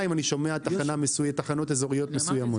אני שומע תחנות אזוריות מסוימות.